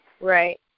Right